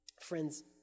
Friends